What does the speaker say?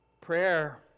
Prayer